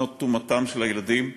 שנות תומתם של הילדים,